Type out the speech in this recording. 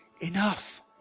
enough